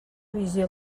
visió